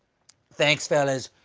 thanks fellas,